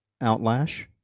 outlash